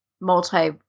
multi